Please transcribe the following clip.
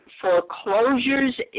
foreclosures